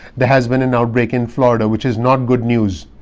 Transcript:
there has been an outbreak in florida, which is not good news.